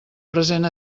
present